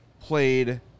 played